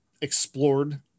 explored